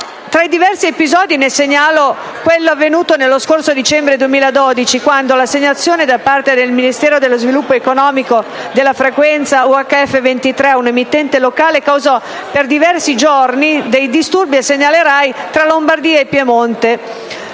Tra i diversi episodi, segnalo quello avvenuto nello scorso dicembre 2012, quando l'assegnazione da parte del Ministero dello sviluppo economico del canale 23 della banda UHF ad un'emittente locale causò per diversi giorni dei disturbi al segnale RAI, tra la Lombardia e il Piemonte.